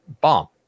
bomb